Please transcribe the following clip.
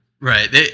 Right